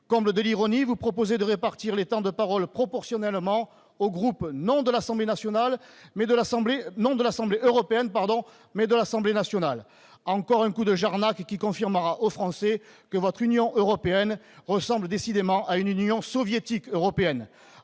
Comble de l'ironie, vous proposez de répartir les temps de parole proportionnellement aux groupes politiques non de l'assemblée européenne, mais de l'Assemblée nationale. Encore un coup de Jarnac qui confirmera aux Français que votre Union européenne ressemble décidément à une Union soviétique européenne